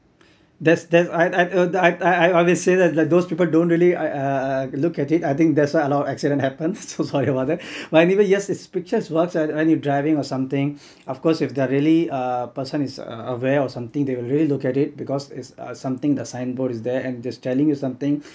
there's there's I I I obviously that that those people don't really uh look at it I think that's why a lot of accident happens so sorry about that but even yes these pictures works when you're driving or something of course if they're really a person is aware or something they'll really look at it because it's something the signboard is there and just telling you something